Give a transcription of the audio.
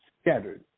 scattered